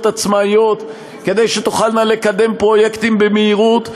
עצמאיות כדי שתוכלנה לקדם פרויקטים במהירות,